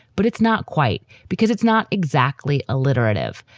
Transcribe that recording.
but it's not quite because it's not exactly alliterative.